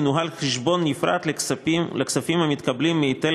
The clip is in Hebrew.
ינוהל חשבון נפרד לכספים המתקבלים מהיטל